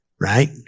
right